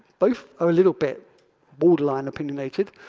both are a little bit borderline opinionated.